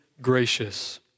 gracious